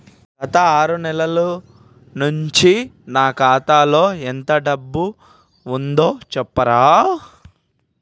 గత ఆరు నెలల నుంచి నా ఖాతా లో ఎంత డబ్బు ఉందో చెప్తరా?